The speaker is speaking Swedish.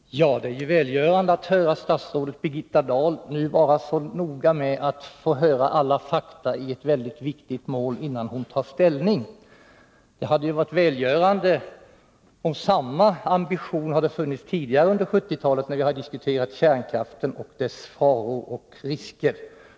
Herr talman! Det är välgörande att höra statsrådet Birgitta Dahl förklara sig vara så noga med att ta del av alla fakta i ett mycket viktigt mål, innan hon tar ställning. Det hade ju varit bra om samma ambition hade funnits tidigare, t.ex. under 1970-talet, då vi diskuterade kärnkraften och dess risker.